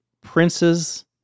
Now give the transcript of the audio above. princes